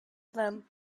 them